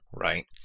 Right